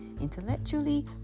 intellectually